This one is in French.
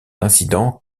incident